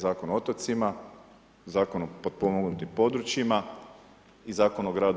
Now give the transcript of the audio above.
Zakon o otocima, Zakon o potpomognutim područjima i Zakon o gradu.